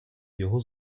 його